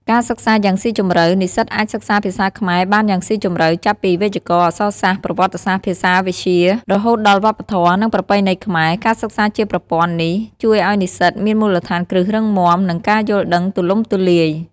ការសិក្សាយ៉ាងស៊ីជម្រៅ និស្សិតអាចសិក្សាភាសាខ្មែរបានយ៉ាងស៊ីជម្រៅ ចាប់ពី វេយ្យាករណ៍ អក្សរសាស្ត្រ ប្រវត្តិសាស្រ្ត ភាសាវិទ្យា រហូតដល់ វប្បធម៌ និងប្រពៃណីខ្មែរ។ ការសិក្សាជាប្រព័ន្ធនេះជួយឱ្យនិស្សិតមានមូលដ្ឋានគ្រឹះរឹងមាំ និងការយល់ដឹងទូលំទូលាយ។